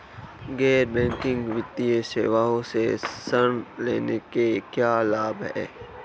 गैर बैंकिंग वित्तीय सेवाओं से ऋण लेने के क्या लाभ हैं?